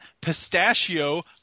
pistachio